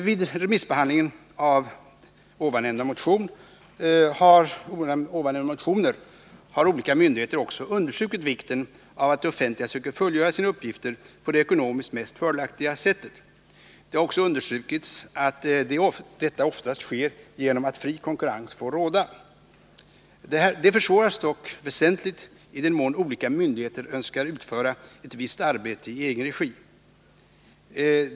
Vid remissbehandlingen av motionerna har olika myndigheter också understrukit vikten av att det offentliga söker fullgöra sina uppgifter på det ekonomiskt mest fördelaktiga sättet. Det har också understrukits att detta oftast sker genom att fri konkurrens får råda. Detta försvåras dock väsentligt när olika myndigheter önskar utföra ett visst arbete i egen regi.